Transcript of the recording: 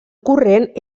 corrent